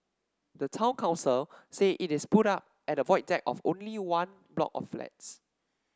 the town council said it is put up at the Void Deck of only one block of flats